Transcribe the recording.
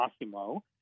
Massimo